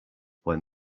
when